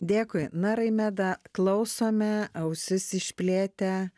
dėkui na raimeda klausome ausis išplėtę